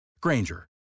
Granger